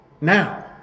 Now